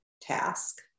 task